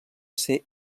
ser